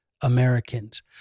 Americans